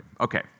okay